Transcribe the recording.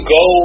go